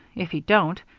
if he don't,